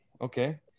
okay